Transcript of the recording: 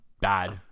bad